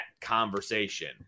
conversation